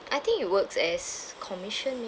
I think it works as commission maybe